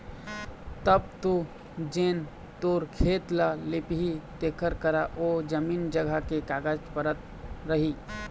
तब तो जेन तोर खेत ल लिही तेखर करा ओ जमीन जघा के कागज पतर रही